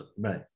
Right